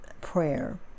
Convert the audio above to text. prayer